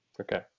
Okay